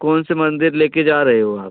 कौनसे मंदिर लेकर जा रहे हो आप